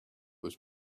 was